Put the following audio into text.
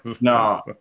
No